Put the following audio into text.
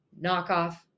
knockoff